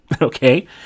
Okay